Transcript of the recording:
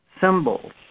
symbols